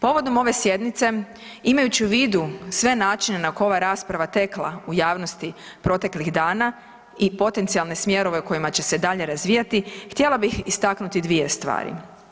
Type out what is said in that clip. Povodom ove sjednice imajući u vidu sve načine na koje je ova rasprava tekla u javnosti proteklih dana i potencijalne smjerove kojima da će se dalje razvijati, htjela bih istaknuti 2 stvari.